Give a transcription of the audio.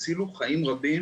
הצילו חיים רבים.